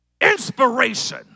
inspiration